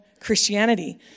Christianity